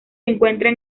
encuentran